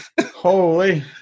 Holy